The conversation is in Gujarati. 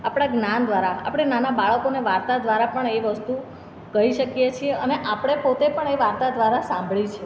આપણાં જ્ઞાન દ્વારા આપણે નાના બાળકોને વાર્તા દ્વારા પણ એ વસ્તુ કહી શકીએ છીએ અને આપણે પોતે પણ એ વાર્તા દ્વારા સાંભળી છે